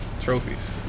Trophies